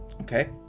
Okay